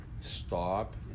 Stop